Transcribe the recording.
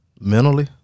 Mentally